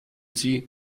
sie